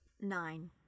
Nine